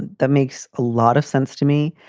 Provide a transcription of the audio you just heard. that makes a lot of sense to me.